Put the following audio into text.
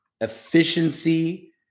efficiency